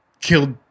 killed